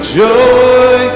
joy